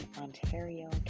Ontario